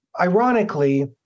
Ironically